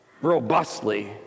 robustly